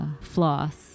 Floss